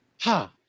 Ha